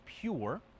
pure